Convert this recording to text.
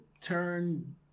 turn